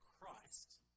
Christ